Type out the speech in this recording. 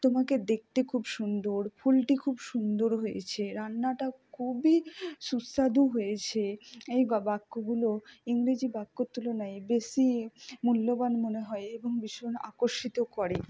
তোমাকে দেকতে খুব সুন্দর ফুলটি খুব সুন্দর হয়েছে রান্নাটা খুবই সুস্বাদু হয়েছে এই বাক্যগুলো ইংরেজি বাক্যর তুলনায় বেশি মূল্যবান মনে হয় এবং ভীষণ আকর্ষিত করে